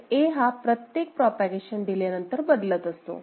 तर A हा प्रत्येक प्रोपागेशन डीले नंतर बदलत असतो